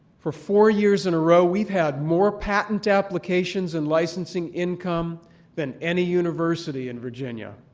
for four years in a row, we've had more patent applications and licensing income than any university in virginia.